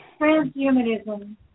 transhumanism